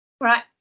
Right